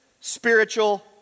spiritual